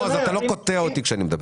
בועז, אתה לא קוטע אותי כשאני מדבר.